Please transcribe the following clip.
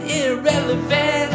irrelevant